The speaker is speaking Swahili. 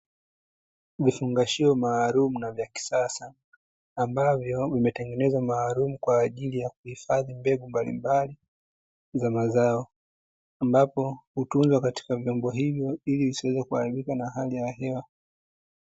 Vifungashio maalumu na vya kisasa, ambavyo vimetengenezwa maalumu kwa ajili ya kuhifadhi mbegu mbalimbali za mazao. Ambapo hutunzwa katika vyombo hivyo ili visiweze kuharibika na hali ya hewa.